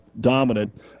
dominant